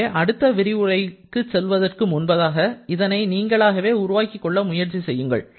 எனவே அடுத்த விரிவுரைகள் செல்வதற்கு முன்பதாக இதனை நீங்களாகவே உருவாக்கிக் கொள்ள முயற்சி செய்யுங்கள்